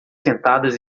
sentadas